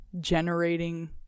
generating